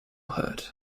hurt